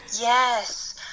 yes